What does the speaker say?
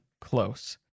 close